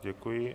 Děkuji.